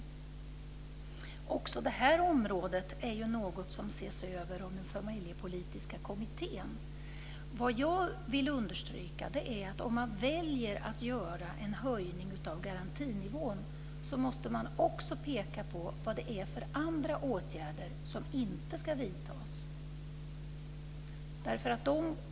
Också den här frågan ses över av den familjepolitiska kommittén. Jag vill understryka att om man väljer att höja garantinivån måste man också peka på andra åtgärder som inte ska vidtas.